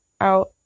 out